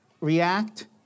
React